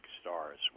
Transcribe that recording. stars